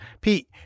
Pete